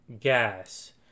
gas